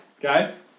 Guys